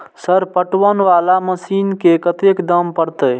Sir पटवन वाला machine के कतेक दाम परतें?